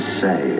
say